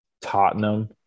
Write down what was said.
Tottenham